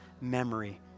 memory